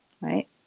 right